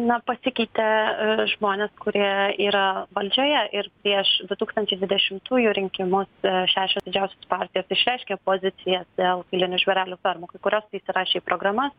na pasikeitė žmonės kurie yra valdžioje ir prieš du tūkstančiai dvidešimtųjų rinkimus šešios didžiausios partijos išreiškė poziciją dėl kailinių žvėrelių fermų kai kurios įsirašė į programas